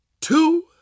two